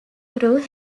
through